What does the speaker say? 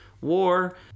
war